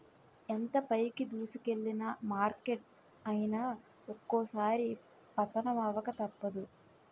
ఎంత పైకి దూసుకెల్లిన మార్కెట్ అయినా ఒక్కోసారి పతనమవక తప్పదు